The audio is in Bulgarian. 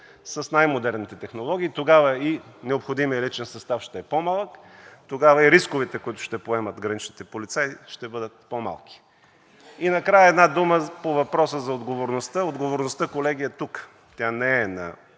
с най-модерните технологии, тогава и необходимият личен състав ще е по-малък, тогава и рисковете, които ще поемат граничните полицаи ще бъдат по-малки. И накрая една дума по въпроса за отговорността. Отговорността, колеги, е тук, тя не е на